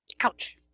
Ouch